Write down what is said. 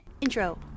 Intro